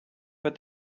but